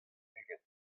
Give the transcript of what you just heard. ugent